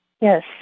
Yes